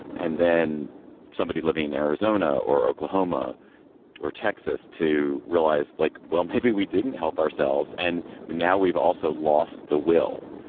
and then somebody living in arizona or oklahoma or texas to realize like, well, maybe we didn't help ourselves. and we now we've also lost the will.